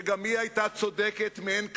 שגם היא היתה צודקת מאין כמוה,